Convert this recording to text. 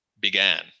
began